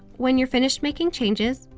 when you're finished making changes,